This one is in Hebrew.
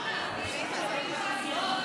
כספים קואליציוניים,